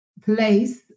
place